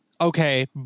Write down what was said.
Okay